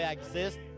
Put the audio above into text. exist